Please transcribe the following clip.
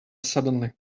suddenly